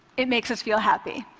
it makes us feel happy.